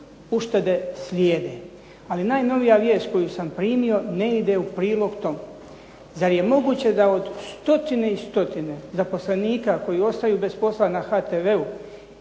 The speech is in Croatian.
uštede slijede. Ali najnovija vijest koju sam primio ne ide u prilog tome. Zar je moguće da od stotine i stotine zaposlenika koji ostaju bez posla na HTV-u